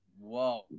whoa